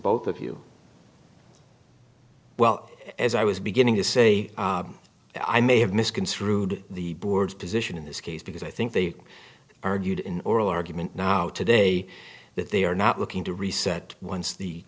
both of you well as i was beginning to say i may have misconstrued the board's position in this case because i think they argued in oral argument now today that they are not looking to reset once the